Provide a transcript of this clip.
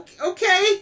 okay